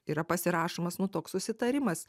yra pasirašomas nu toks susitarimas